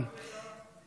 תתייעץ עם גברת,